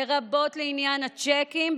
לרבות לעניין הצ'קים,